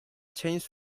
chance